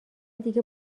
دیگه